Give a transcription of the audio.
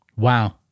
Wow